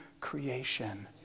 creation